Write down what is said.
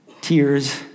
tears